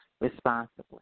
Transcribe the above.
responsibly